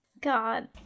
God